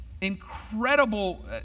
incredible